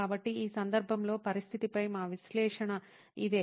కాబట్టి ఈ సందర్భంలో పరిస్థితిపై మా విశ్లేషణ ఇదే